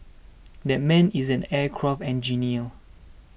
that man is an aircraft engineer